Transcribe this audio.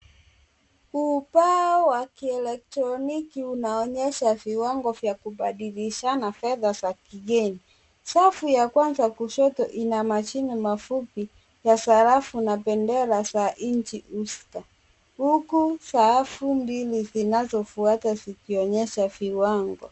Ubao wa kielektroniki unaonyesha viwango vya kubadilishana fedha za kigeni. Safu ya kwanza kushoto ina majina mafupi ya sarafu na bendera za nchi husika, huku safu mbili zinazofuata zikionyesha viwango.